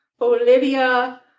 Olivia